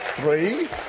three